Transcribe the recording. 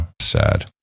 sad